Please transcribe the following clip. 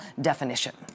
definition